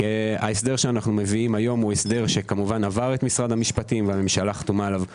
ההסדר שאנו מביאים היום עבר את משרד המשפטים והממשלה חתומה עליו ביחד.